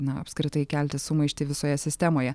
na apskritai kelti sumaištį visoje sistemoje